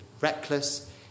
reckless